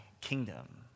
kingdom